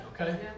okay